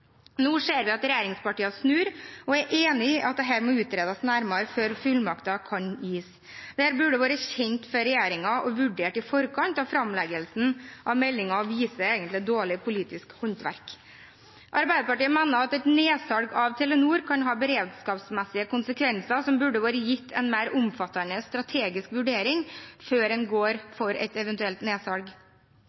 Nå ser vi at regjeringspartiene snur og er enig i at dette må utredes nærmere før fullmakten kan gis. Dette burde vært kjent for regjeringen og vurdert i forkant av framleggelsen av meldingen. Det viser egentlig dårlig politisk håndverk. Arbeiderpartiet mener at et nedsalg av Telenor kan ha beredskapsmessige konsekvenser som burde vært gitt en mer omfattende strategisk vurdering før en går inn for et eventuelt nedsalg.